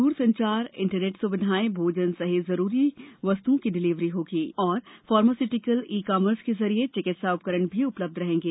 दूरसंचार इंटरनेट सुविधाएं भोजन सहित जुरूरी वस्तुओं की डिलिवरी होगी और फार्मास्यूएटीकल्स ई कॉमर्स के जरिए चिकित्सा उपकरण भी उपलब्ध रहेंगे